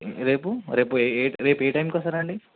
రేపు రేపు రేపు ఏ టైంకి వస్తారు అండి